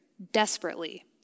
desperately